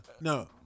No